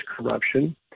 corruption